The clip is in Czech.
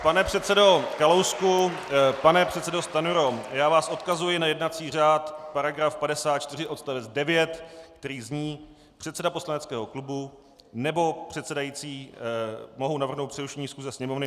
Pane předsedo Kalousku, pane předsedo Stanjuro, já vás odkazuji na jednací řád § 54 odst. 9, který zní: Předseda poslaneckého klubu nebo předsedající mohou navrhnout přerušení schůze Sněmovny.